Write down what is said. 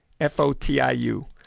Fotiu